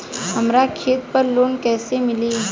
हमरा खेत पर लोन कैसे मिली?